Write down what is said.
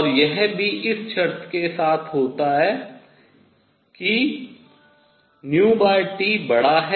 और यह भी इस शर्त के तहत होता है कि T बड़ा है